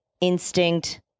instinct